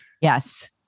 Yes